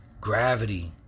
gravity